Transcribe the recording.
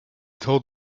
told